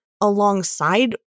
alongside